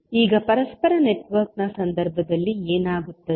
ಈಗ ಪರಸ್ಪರ ನೆಟ್ವರ್ಕ್ನ ಸಂದರ್ಭದಲ್ಲಿ ಏನಾಗುತ್ತದೆ